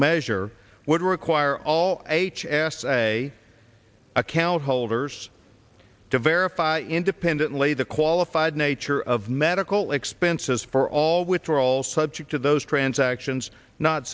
measure would require all h s a account holders to verify independently the qualified nature of medical expenses for all withdrawals subject to those transactions not